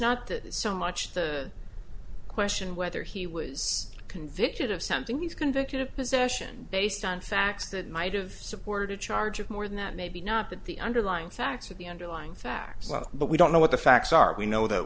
it's so much the question whether he was convicted of something he's convicted of possession based on facts that might have supported charge of more than that maybe not that the underlying facts of the underlying facts but we don't know what the facts are we know that